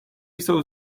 jsou